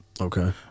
Okay